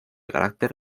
carácter